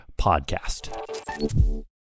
podcast